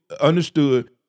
understood